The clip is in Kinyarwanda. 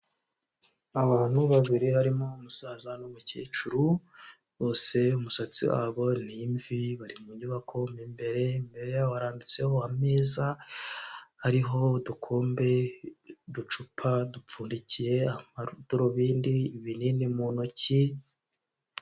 Abantu babiri harimo umusaza n'umukecuru, bose umusatsi wabo ni imvi, bari mu nyubako mo imbere, imbere yabo harambitseho ameza ariho udukombe, uducupa dupfundikiye, amadarubindi, ibinini mu ntoki.